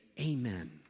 amen